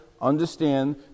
understand